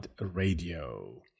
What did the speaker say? radio